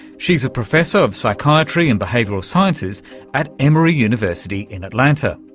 she's a professor of psychiatry and behavioural sciences at emory university in atlanta.